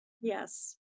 Yes